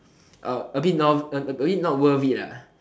a bit not a bit not worth it lah